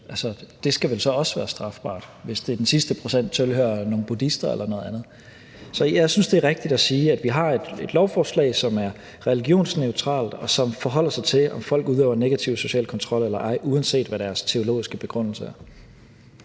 Det skal vel så også være strafbart, hvis den sidste procent tilhører nogle buddhister eller nogle andre. Så jeg synes, det er rigtigt at sige, at vi har et lovforslag, som er religionsneutralt, og som forholder sig til, om folk udøver negativ social kontrol eller ej, uanset hvad deres teologiske begrundelse er.